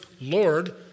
Lord